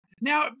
now